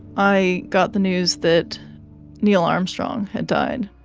i got the news that neil armstrong had died.